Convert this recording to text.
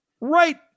right